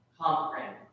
conference